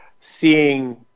seeing